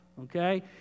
Okay